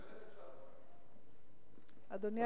אפשר עוד להירשם, אדוני?